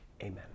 amen